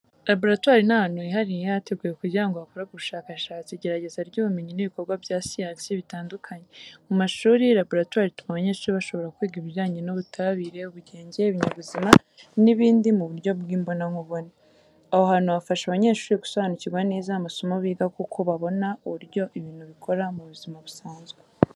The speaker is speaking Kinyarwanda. Laboratwari ni ahantu hihariye hateguwe kugira ngo hakorerwe ubushakashatsi, igerageza ry’ubumenyi n’ibikorwa bya siyansi bitandukanye. Mu mashuri, laboratwari ituma abanyeshuri bashobora kwiga ibijyanye n’ubutabire, ubugenge, ibinyabuzima n’ibindi mu buryo bw’imbonankubone. Aho hantu hafasha abanyeshuri gusobanukirwa neza amasomo biga, kuko babona uburyo ibintu bikora mu buzima busanzwe.